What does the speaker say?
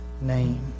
name